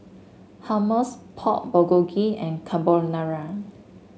Hummus Pork Bulgogi and Carbonara